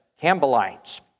Campbellites